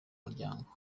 muryango